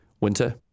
Winter